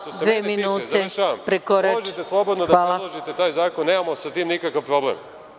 Što se mene tiče, možete slobodno da predložite taj zakon, nemamo sa tim nikakav problem.